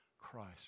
Christ